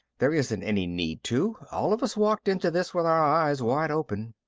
there isn't any need to. all of us walked into this with our eyes wide open.